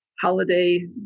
holiday